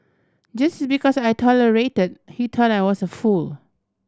just because I tolerated he thought I was a fool